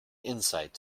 insight